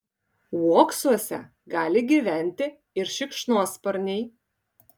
uoksuose gali gyventi ir šikšnosparniai